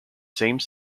same